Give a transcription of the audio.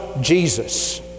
jesus